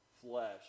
flesh